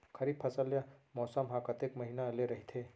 खरीफ फसल या मौसम हा कतेक महिना ले रहिथे?